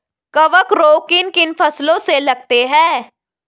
कवक रोग किन किन फसलों में लगते हैं?